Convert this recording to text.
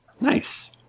Nice